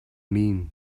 mean